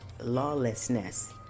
lawlessness